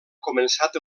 començat